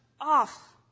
off